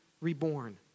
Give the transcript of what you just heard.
reborn